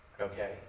Okay